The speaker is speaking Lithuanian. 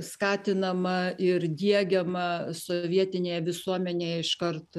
skatinama ir diegiama sovietinėje visuomenėje iš kart